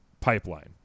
pipeline